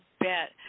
bet